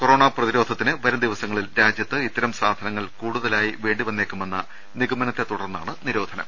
corona പ്രതിരോധത്തിന് വരുംദിവസങ്ങളിൽ രാജൃത്ത് ഇത്തരം സാധനങ്ങൾ കൂടുതലായി വേണ്ടിവരുമെന്ന നിഗമനത്തെ തുടർന്നാണ് നിരോ നനം